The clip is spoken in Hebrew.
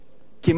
כי מה קורה?